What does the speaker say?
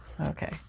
Okay